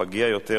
להצביע.